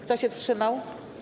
Kto się wstrzymał?